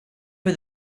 for